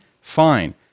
fine